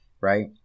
right